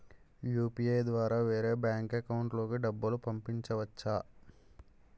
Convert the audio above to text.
UPI ద్వారా వేరే bank account లోకి డబ్బులు పంపించవచ్చా?